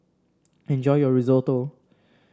enjoy your Risotto